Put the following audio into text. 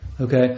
okay